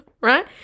right